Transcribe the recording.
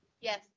Yes